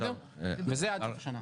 וזה עד סוף השנה.